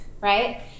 right